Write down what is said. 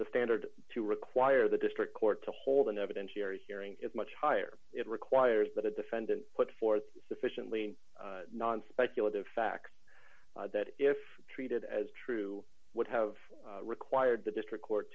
standard to require the district court to hold an evidentiary hearing is much higher it requires that a defendant put forth sufficiently non speculative facts that if treated as true would have required the district court